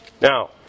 Now